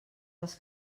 les